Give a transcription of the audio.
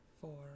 four